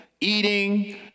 eating